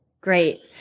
Great